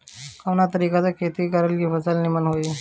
कवना तरीका से खेती करल की फसल नीमन होई?